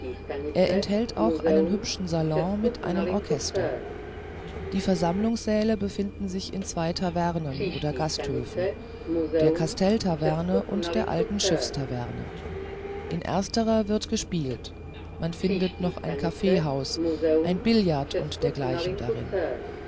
er enthält auch einen hübschen salon mit einem orchester die versammlungssäle befinden sich in zwei tavernen oder gasthöfen der kastelltaverne und der alten schiffstaverne in ersterer wird gespielt man findet noch ein kaffeehaus ein billard und dergleichen darin